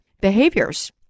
behaviors